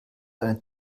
eine